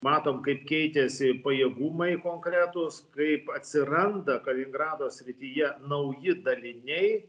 matom kaip keitėsi pajėgumai konkretūs kaip atsiranda kaliningrado srityje nauji daliniai